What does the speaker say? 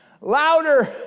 Louder